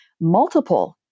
multiple